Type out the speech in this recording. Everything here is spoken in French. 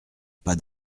pas